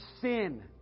sin